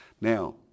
Now